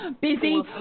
busy